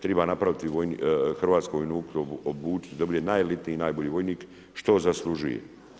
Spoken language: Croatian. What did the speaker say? Treba napraviti Hrvatsku obučiti da bude najelitniji i najbolji vojnik što zaslužuje.